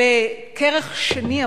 לכרך שני,